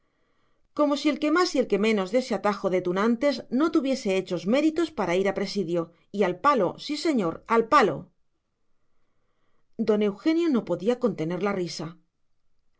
como si el que más y el que menos de ese atajo de tunantes no tuviese hechos méritos para ir a presidio y al palo sí señor al palo don eugenio no podía contener la risa